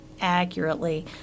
accurately